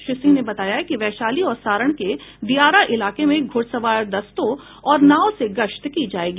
श्री सिंह ने बताया कि वैशाली और सारण के दियारा इलाके में घुड़सवार दस्तों और नाव से गश्त की जाएगी